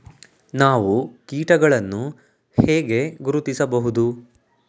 ನಾವು ಕೀಟಗಳನ್ನು ಹೇಗೆ ಗುರುತಿಸಬಹುದು?